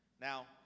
Now